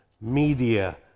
media